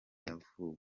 yavuwe